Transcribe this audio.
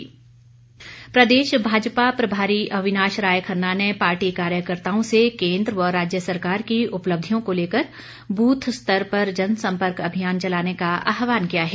अविनाश खन्ना प्रदेश भाजपा प्रभारी अविनाश राय खन्ना ने पार्टी कार्यकर्ताओं से केंद्र व राज्य सरकार की उपलब्धियों को लेकर बूथ स्तर पर जनसंपर्क अभियान चलाने का आहवान किया है